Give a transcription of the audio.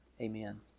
Amen